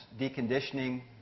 deconditioning